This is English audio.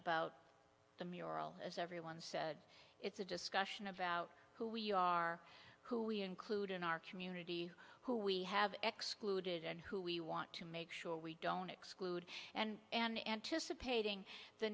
about the mural as everyone said it's a discussion about who we are who we include in our community who we have excluded and who we want to make sure we don't exclude and and anticipating the